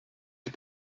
ich